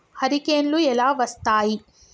హరికేన్లు ఎలా వస్తాయి?